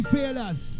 Fearless